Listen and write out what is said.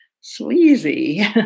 sleazy